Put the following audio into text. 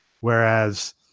whereas